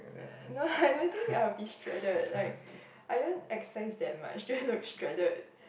no I don't think I'll be shredded like I don't exercise that much to look shredded